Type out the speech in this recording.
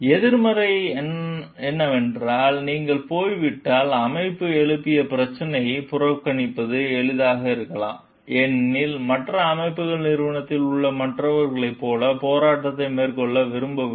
எதிர்மறைகள் என்னவென்றால் நீங்கள் போய்விட்டால் அமைப்பு எழுப்பிய பிரச்சினைகளை புறக்கணிப்பது எளிதாக இருக்கலாம் ஏனெனில் மற்ற அமைப்புகள் நிறுவனத்தில் உள்ள மற்றவர்களைப் போல போராட்டத்தை மேற்கொள்ள விரும்பவில்லை